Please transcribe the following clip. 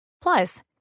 Plus